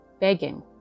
Begging